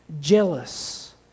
Jealous